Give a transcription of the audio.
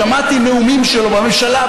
שמעתי נאומים שלו בממשלה,